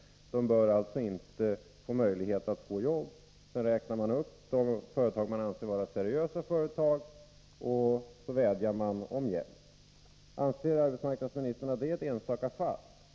De bör alltså inte få möjlighet att få arbete. Sedan räknar man upp de företag som man anser vara seriösa och vädjar om hjälp. Anser arbetsmarknadsministern att det är ett enstaka fall?